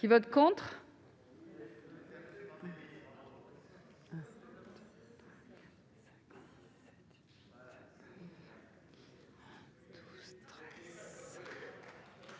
Qui vote contre.